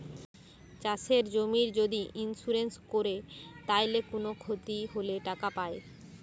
চাষের জমির যদি ইন্সুরেন্স কোরে তাইলে কুনো ক্ষতি হলে টাকা পায়